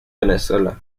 venezuela